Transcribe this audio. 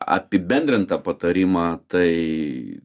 apibendrintą patarimą tai